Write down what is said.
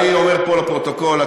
אני אומר פה לפרוטוקול,